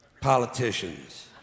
Politicians